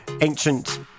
ancient